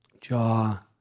jaw